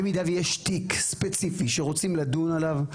במידה ויש תיק ספציפי שרוצים לדון עליו,